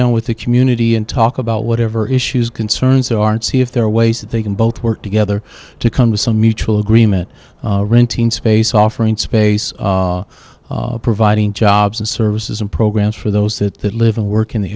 in with the community and talk about whatever issues concerns aren't see if there are ways that they can both work together to come to some mutual agreement renting space offering space providing jobs and services and programs for those that live and work in the